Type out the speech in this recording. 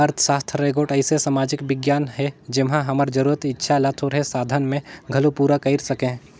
अर्थसास्त्र हर एगोट अइसे समाजिक बिग्यान हे जेम्हां हमर जरूरत, इक्छा ल थोरहें साधन में घलो पूरा कइर सके